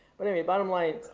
but anyway, bottom line,